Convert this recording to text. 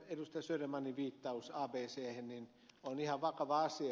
södermanin viittaus abchen on ihan vakava asia